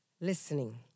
listening